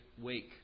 wake